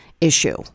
issue